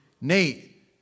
Nate